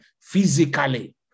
physically